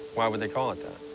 why would they call it that?